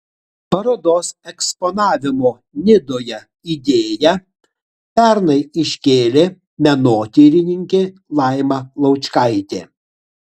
parodos eksponavimo nidoje idėją pernai iškėlė menotyrininkė laima laučkaitė